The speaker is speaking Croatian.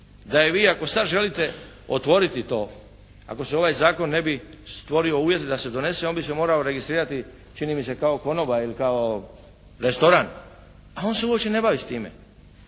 je da vi ako sad želite otvoriti to, ako ovaj zakon ne bi stvorio uvjete da se donese, on bi se morao registrirati čini mi se kao konobar ili kao restoran. Pa on se uopće ne bavi s time.